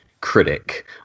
critic